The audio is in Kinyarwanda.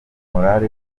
morale